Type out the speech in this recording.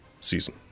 season